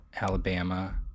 Alabama